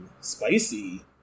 spicy